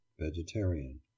Vegetarian